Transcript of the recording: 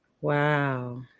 Wow